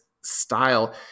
style